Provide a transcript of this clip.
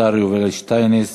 השר יובל שטייניץ